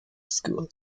school